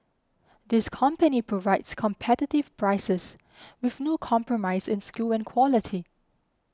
this company provides competitive prices with no compromise in skill and quality